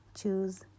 choose